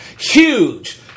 Huge